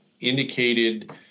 indicated